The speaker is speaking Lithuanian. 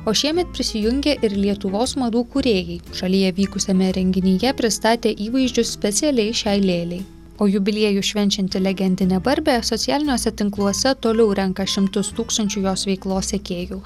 o šiemet prisijungė ir lietuvos madų kūrėjai šalyje vykusiame renginyje pristatė įvaizdžius specialiai šiai lėlei o jubiliejų švenčianti legendinė barbė socialiniuose tinkluose toliau renka šimtus tūkstančių jos veiklos sekėjų